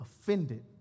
offended